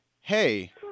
hey